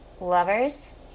lovers